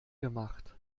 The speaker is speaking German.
gemacht